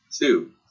Two